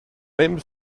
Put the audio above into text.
même